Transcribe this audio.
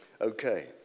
okay